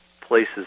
places